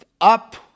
up